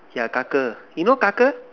yeah you know